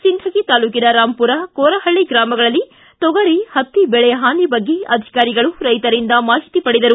ಒಂಧಗಿ ತಾಲೂಕಿನ ರಾಂಪುರ ಕೋರಹಳ್ಳಿ ಗ್ರಾಮಗಳಲ್ಲಿ ತೊಗರಿ ಹತ್ತಿ ಬೆಳೆ ಹಾನಿ ಬಗ್ಗೆ ಅಧಿಕಾರಿಗಳು ರೈತರಿಂದ ಮಾಹಿತಿ ಪಡೆದರು